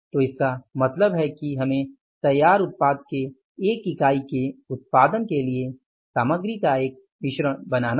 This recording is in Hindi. तो इसका मतलब है कि हमें तैयार उत्पाद के 1 इकाई के उत्पादन के लिए सामग्री का एक मिश्रण बनाना है